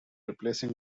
replacing